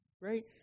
right